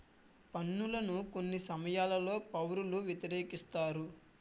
పన్నులను కొన్ని సమయాల్లో పౌరులు వ్యతిరేకిస్తారు